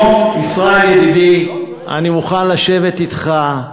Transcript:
ישראל ידידי, אני מוכן לשבת אתך.